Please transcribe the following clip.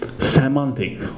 semantic